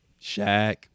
Shaq